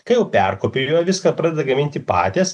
kai jau perkopijuoja viską pradeda gaminti patys